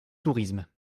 tourisme